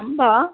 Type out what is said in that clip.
अम्ब